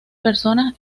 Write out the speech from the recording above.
personas